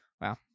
Wow